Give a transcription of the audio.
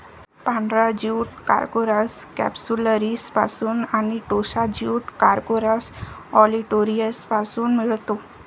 पांढरा jute corchorus कॅप्सुलरिसपासून आणि टोसा ज्यूट कॉर्कोरस ऑलिटोरियसपासून मिळतो